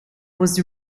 was